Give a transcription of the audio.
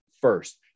first